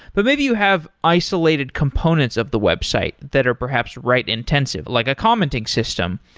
but maybe you have isolated components of the website that are perhaps write-intensive, like a commenting system,